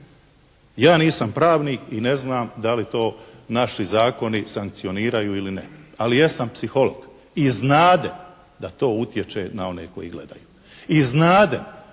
Ja nisam pravnik i ne znam da li to naši zakoni sankcioniraju ili ne? Ali jesam psiholog i znadem da to utječe na one koji to gledaju.